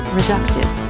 reductive